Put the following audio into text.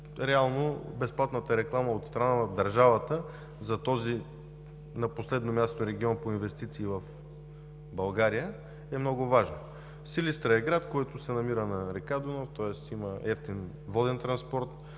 реално безплатната реклама от страна на държавата за този на последно място регион по инвестиции в България, е много важна. Силистра е град, който се намира на река Дунав, тоест има евтин воден транспорт,